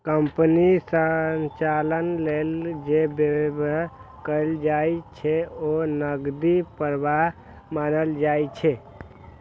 कंपनीक संचालन लेल जे व्यय कैल जाइ छै, ओ नकदी प्रवाह मानल जाइ छै